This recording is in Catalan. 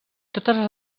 totes